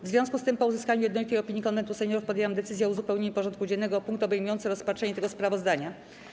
W związku z tym, po uzyskaniu jednolitej opinii Konwentu Seniorów, podjęłam decyzję o uzupełnieniu porządku dziennego o punkt obejmujący rozpatrzenie tego sprawozdania.